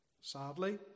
Sadly